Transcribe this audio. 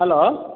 hello